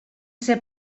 ser